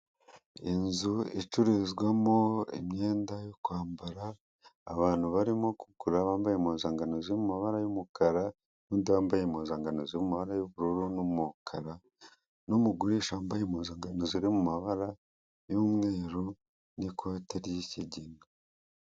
Inzu icururizwamo imyenda yo kwambara, abantu barimo kugura bambaye impuzankano z'amabara umukara n'undi wambaye impuzankano z'umukarana y'ubururu n'umukara n'umugurisha wambaye impuzankanda ziri mu mabara y'umweru n'ikote ryisigi.